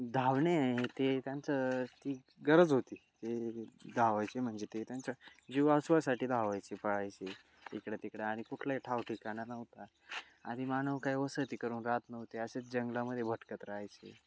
धावणे ते त्यांचं ती गरज होती ते धावायची म्हणजे ते त्यांचं जीवास्वासाठी धावायचे पळायचे इकडं तिकडं आणि कुठलाही ठावठिकाणा नव्हता आणि मानव काही वसाहती करून राहात नव्हते असेच जंगलामध्ये भटकत राहायचे